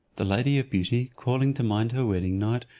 the lady of beauty calling to mind her wedding night,